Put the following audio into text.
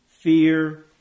fear